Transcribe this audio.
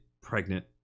pregnant